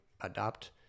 adopt